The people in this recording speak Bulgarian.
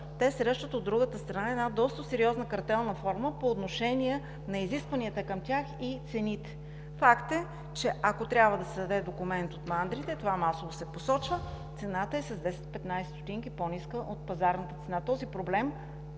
те срещат от другата страна една доста сериозна картелна форма по отношение на изискванията към тях и цените. Факт е, че ако трябва да се даде документ от мандрите, а това масово се посочва, цената е с 10-15 стотинки по-ниска от пазарната цена. Този проблем,